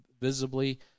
visibly